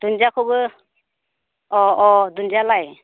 दुन्दियाखौबो अ अ दुन्दियालाय